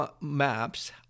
maps